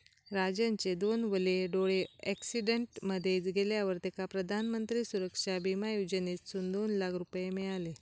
राजनचे दोनवले डोळे अॅक्सिडेंट मध्ये गेल्यावर तेका प्रधानमंत्री सुरक्षा बिमा योजनेसून दोन लाख रुपये मिळाले